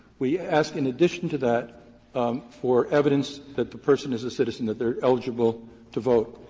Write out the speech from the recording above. we ask in addition to that for evidence that the person is a citizen, that they're eligible to vote.